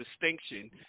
distinction